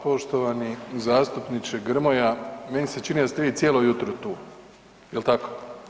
Poštovani zastupniče Grmoja, meni se čini da ste vi cijelo jutro tu, jel tako?